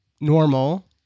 normal